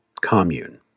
commune